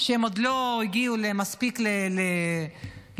שהם עוד לא הגיעו מספיק לבגרות?